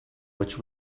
which